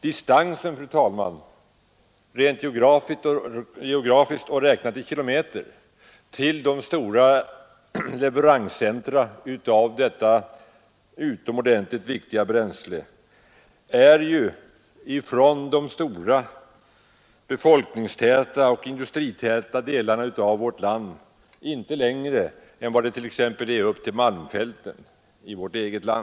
Distansen, fru talman, är rent geografiskt och räknat i kilometer, till de stora leveranscentra för detta utomordentligt viktiga bränsle från de stora befolkningstäta och industritäta delarna av vårt land inte längre än t.ex. upp till Malmfälten i Sverige.